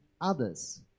others